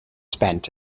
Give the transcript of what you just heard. spent